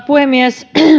puhemies